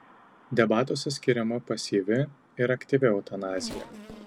debatuose skiriama pasyvi ir aktyvi eutanazija